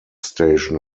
station